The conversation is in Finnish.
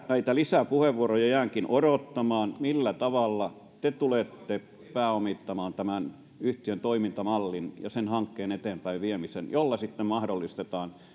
näitä lisäpuheenvuoroja jäänkin odottamaan että millä tavalla te tulette pääomittamaan tämän yhtiön toimintamallin ja sen hankkeen eteenpäin viemisen jolla sitten mahdollistetaan